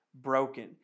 broken